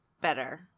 better